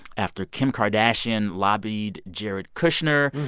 after kim kardashian lobbied jared kushner,